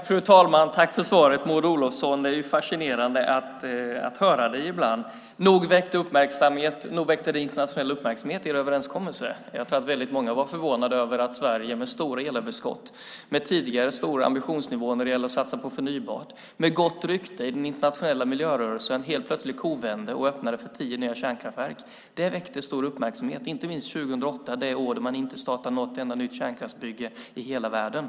Fru talman! Tack för svaret, Maud Olofsson! Ibland är det fascinerande att höra dig. Nog väckte er överenskommelse internationell uppmärksamhet. Jag tror att väldigt många var förvånade över att Sverige, med stora elöverskott, tidigare hög ambitionsnivå när det gäller att satsa på förnybart och med gott rykte i den internationella miljörörelsen, helt plötsligt kovände och öppnade för tio nya kärnkraftverk. Det väckte stor uppmärksamhet, inte minst 2008 - det år då man inte startade ett enda nytt kärnkraftsbygge i hela världen.